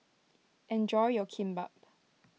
enjoy your Kimbap